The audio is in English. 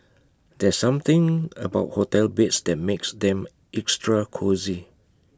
there's something about hotel beds that makes them extra cosy